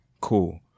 cool